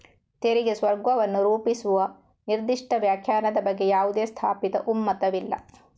ತೆರಿಗೆ ಸ್ವರ್ಗವನ್ನು ರೂಪಿಸುವ ನಿರ್ದಿಷ್ಟ ವ್ಯಾಖ್ಯಾನದ ಬಗ್ಗೆ ಯಾವುದೇ ಸ್ಥಾಪಿತ ಒಮ್ಮತವಿಲ್ಲ